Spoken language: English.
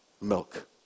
milk